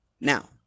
Now